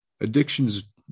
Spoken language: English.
addictions